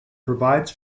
provides